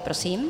Prosím.